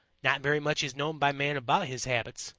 not very much is known by man about his habits,